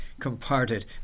comparted